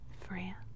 France